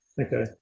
okay